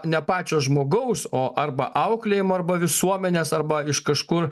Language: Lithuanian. ne pačio žmogaus o arba auklėjimo arba visuomenės arba iš kažkur